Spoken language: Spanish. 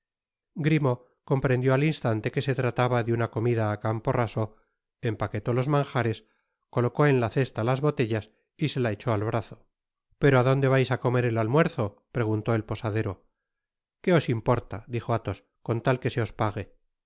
grimaud comprendió al instante que se trataba de una comida á campo raso empaquetó los manjares colocó en la cesta las botellas y se la echó al brazo pero á donde vais á comer el almuerzo preguntó el posadero qué os importa dijo athos con tal que se os pague y